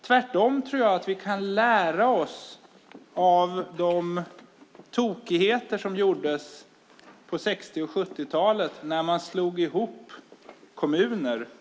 Jag tror tvärtom att vi kan lära oss av de tokigheter som gjordes på 60 och 70-talen när man slog ihop kommuner.